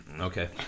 okay